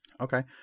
Okay